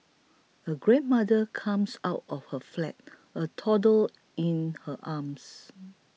a grandmother comes out of her flat a toddler in her arms